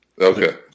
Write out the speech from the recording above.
Okay